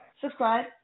subscribe